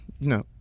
no